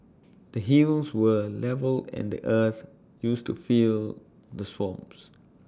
the hills were levelled and the earth used to fill the swamps